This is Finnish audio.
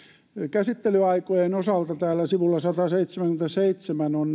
käsittelyaikojen osalta täällä sivulla sataseitsemänkymmentäseitsemän on